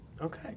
Okay